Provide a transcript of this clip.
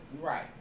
Right